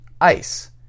Ice